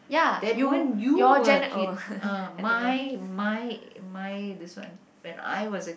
that one you were a kid ah my my my this one when I was a kid